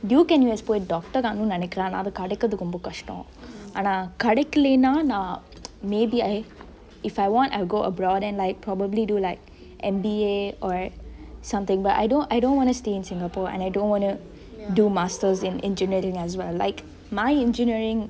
Duke N_U_S போய்:poi doctor ஆகனுனு நெனைக்குர ஆனா அது கடைக்கரதுக்கு ரொம்ப கஷ்ட்டம் ஆனா கடைக்கிலினா நா:aagenunu nenaikire aana athu kadaikarathuku rombe kashtam aana kadaikilinaa naa maybe I if I want I'll go abroad and probably do like M_B_A or something I don't want to stay in singapore and I don't want to do masters in engineering as well like my engineering